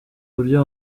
uburyo